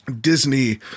Disney